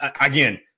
again